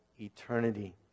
eternity